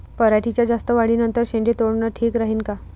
पराटीच्या जास्त वाढी नंतर शेंडे तोडनं ठीक राहीन का?